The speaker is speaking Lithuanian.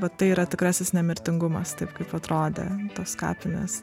va tai yra tikrasis nemirtingumas taip kaip atrodė tos kapinės